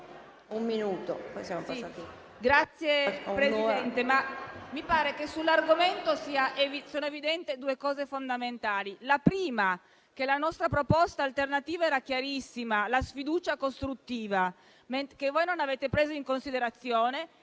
Signora Presidente, mi pare che sull'argomento siano evidenti due cose fondamentali. La prima è che la nostra proposta alternativa era chiarissima: la sfiducia costruttiva, che voi non avete preso in considerazione.